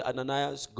Ananias